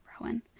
Rowan